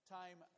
time